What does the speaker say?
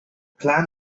plan